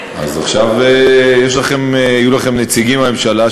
אז עכשיו יהיו לכם נציגים בממשלה,